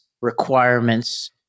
requirements